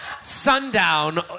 Sundown